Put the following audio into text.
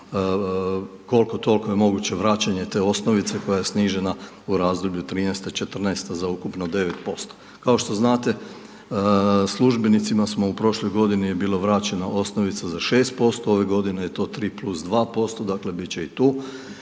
koliko toliko je moguće vraćanje te osnovice koja je snižena u razdoblju 2013.-2014. za ukupno 9%. Kao što znate, službenicima smo u prošloj godini je bilo vraćeno osnovica za 6%, ove godine je to 3+2%, dakle bit će i tu